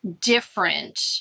different